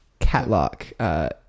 Catlock